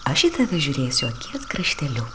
aš į tave žiūrėsiu akies krašteliu